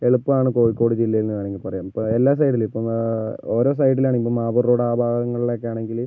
എളുപ്പമാണ് കോഴിക്കോട് ജില്ല എന്ന് വേണമെങ്കിൽ പറയാം ഇപ്പം എല്ലാ സൗകര്യത്തിനും ഓരോ സൈഡില് ആണെങ്കിലും മാവൂർ റോഡ് ആ ഭാഗങ്ങളില് ഒക്കെ ആണെങ്കില്